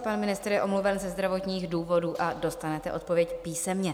Pan ministr je omluven ze zdravotních důvodů a dostanete odpověď písemně.